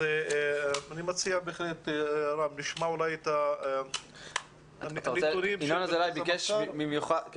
תודה.